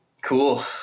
Cool